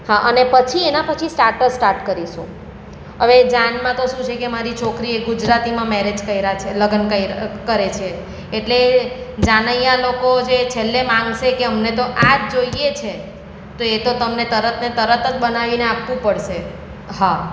હા અને પછી એના પછી સ્ટાર્ટર સ્ટાર્ટ કરીશું હવે જાનમાં તો શું છે કે મારી છોકરીએ ગુજરાતીમાં મેરેજ કર્યાં છે લગ્ન કરે છે એટલે જાનૈયા લોકો જે છેલ્લે માગશે કે અમને તો આ જ જોઈએ છે તો એ તો તમને તરતને તરત જ બનાવીને આપવું પડશે હા